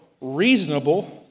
reasonable